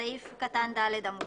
בסעיף קטן (ד) המוצע.